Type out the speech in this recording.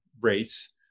race